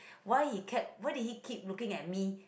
why he kept why did he keep looking at me